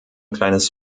kleines